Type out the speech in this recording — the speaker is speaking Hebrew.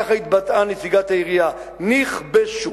כך התבטאה נציגת העירייה: נכבשו.